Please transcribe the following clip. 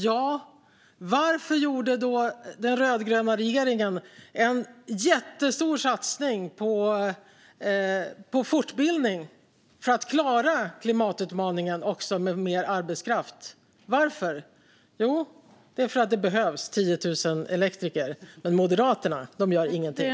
Och varför gjorde då den rödgröna regeringen en jättestor satsning på fortbildning för att klara klimatutmaningen med mer arbetskraft? Jo, för att det behövs 10 000 elektriker. Men Moderaterna gör ingenting.